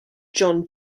john